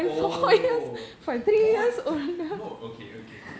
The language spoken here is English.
oh four no okay okay